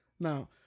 Now